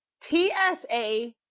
TSA